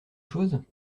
chose